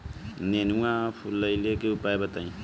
नेनुआ फुलईले के उपाय बताईं?